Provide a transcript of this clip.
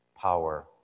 power